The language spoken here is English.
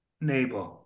neighbor